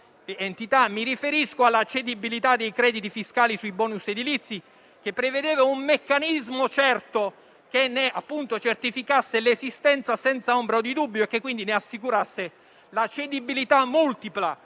Mi riferisco alla cedibilità dei crediti fiscali sui *bonus* edilizi, che prevedeva un meccanismo certo che ne certificasse l'esistenza senza ombra di dubbio e che quindi ne assicurasse la cedibilità multipla,